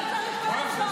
אבל זה לא משנה.